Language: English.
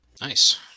Nice